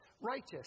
righteous